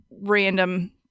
random